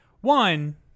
one